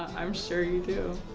i'm sure you do.